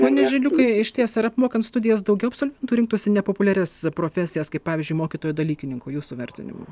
pone žiliukai išties ar apmokant studijas daugiau absolventų rinktųsi nepopuliarias profesijas kaip pavyzdžiui mokytojų dalykininkų jūsų vertinimu